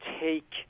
take